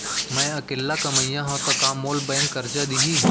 मैं अकेल्ला कमईया हव त का मोल बैंक करजा दिही?